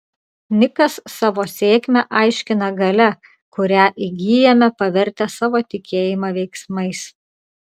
nikas savo sėkmę aiškina galia kurią įgyjame pavertę savo tikėjimą veiksmais